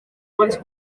ponts